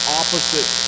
opposite